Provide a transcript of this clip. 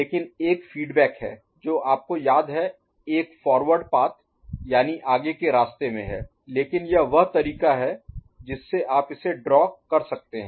लेकिन एक फीडबैक है जो आपको याद है और एक फॉरवर्ड पाथ यानि आगे के रास्ते में है लेकिन यह वह तरीका है जिससे आप इसे ड्रा कर सकते हैं